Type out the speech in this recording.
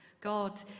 God